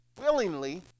willingly